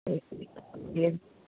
जीअं